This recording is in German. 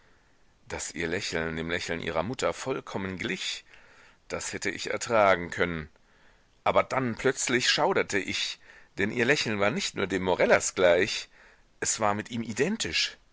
daß ihr lächeln dem lächeln ihrer mutter vollkommen glich das hätte ich ertragen können aber dann plötzlich schauderte ich denn ihr lächeln war nicht nur dem morellas gleich es war mit ihm identisch